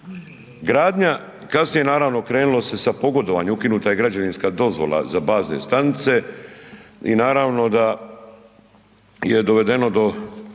Gradnja, kasnije naravno krenulo se sa pogodovanjem, ukinuta je građevinska dozvola za bazne stanice i naravno da je dovedeno do